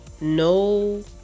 no